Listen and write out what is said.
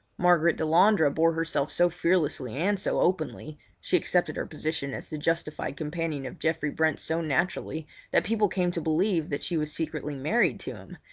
margaret delandre bore herself so fearlessly and so openly she accepted her position as the justified companion of geoffrey brent so naturally that people came to believe that she was secretly married to him,